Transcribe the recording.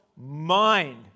mind